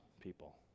people